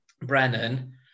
Brennan